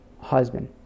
husband